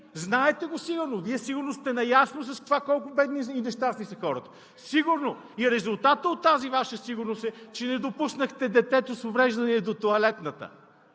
Знаете го сигурно, Вие сигурно сте наясно с това колко бедни и нещастни са хората. Сигурно! И резултатът от тази Ваша сигурност е, че не допуснахте детето с увреждания до тоалетната.